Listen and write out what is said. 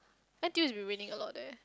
N_T_U has been raining a lot there